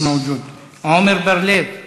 מיש מאוג'וד, עמר בר-לב,